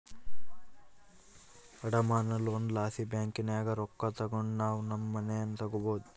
ಅಡಮಾನ ಲೋನ್ ಲಾಸಿ ಬ್ಯಾಂಕಿನಾಗ ರೊಕ್ಕ ತಗಂಡು ನಾವು ನಮ್ ಮನೇನ ತಗಬೋದು